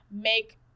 make